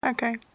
okay